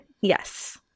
Yes